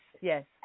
Yes